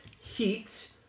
heat